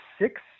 six